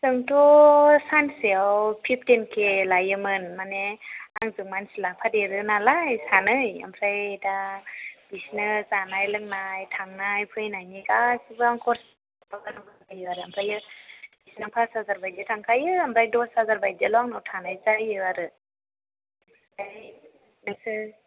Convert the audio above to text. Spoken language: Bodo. जोंथ' सानसेयाव फिफ्टिन के लायोमोन माने आंजों मानसि लाफादेरो नालाय सानै ओमफ्राय दा बिसोरनो जानाय लोंनाय थांनाय फैनायनि गासैबो आं खरसा होयो आरो ओमफ्रायो बिसोरनाव फास हाजार बायदिया थांखायो ओमफ्राय दस हाजार बायदियाल' आंनाव थानाय जायो आरो ओमफ्राय नोंसोर